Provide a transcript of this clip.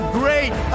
great